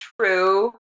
true